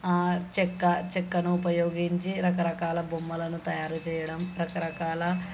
చెక్క చెక్కను ఉపయోగించి రకరకాల బొమ్మలను తయారు చేయడం రకరకాల